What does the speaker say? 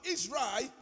Israel